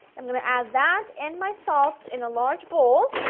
um going to add that and my salt in a large bowl,